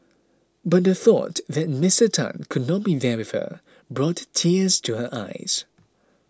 but the thought that Mister Tan could not be there with her brought tears to her eyes